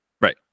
right